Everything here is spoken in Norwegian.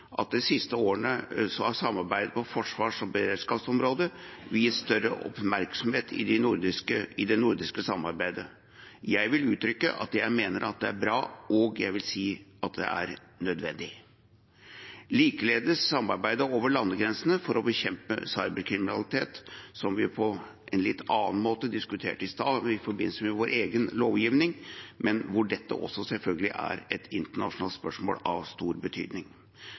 at de siste årene er samarbeid på forsvars- og beredskapsområdet viet større oppmerksomhet i det nordiske samarbeidet. Jeg vil uttrykke at jeg mener at det er bra, og jeg vil si at det er nødvendig, likeledes samarbeidet over landegrensene for å bekjempe cyberkriminalitet, som vi på en litt annen måte diskuterte i stad, i forbindelse med vår egen lovgiving. Dette er selvfølgelig også et internasjonalt spørsmål av stor betydning.